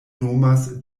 nomas